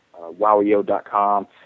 wowio.com